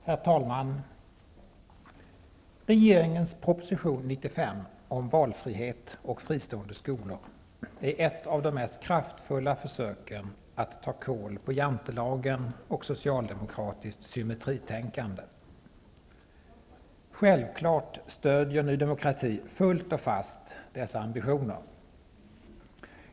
Herr talman! Regeringens proposition 95 om valfrihet och fristående skolor är ett av de mera kraftfulla försöken att ta kål på Jantelagen och socialdemokratiskt symmetritänkande. Självklart stödjer Ny demokrati fullt och fast dessa ambitioner.